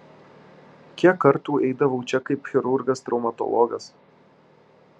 kiek kartų eidavau čia kaip chirurgas traumatologas